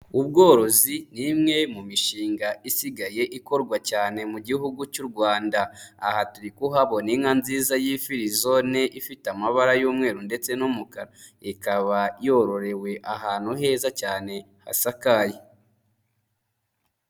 Ubworozi ni imwe mu mishinga isigaye ikorwa cyane mu gihugu cy'u Rwanda. Aha turi kuhabona inka nziza y'ifirizone ifite amabara y'umweru ndetse n'umukara. Ikaba yororewe ahantu heza cyane hasakaye.